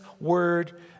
word